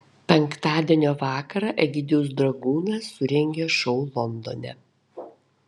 penktadienio vakarą egidijus dragūnas surengė šou londone